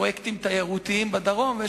פרויקטים תיירותיים בדרום,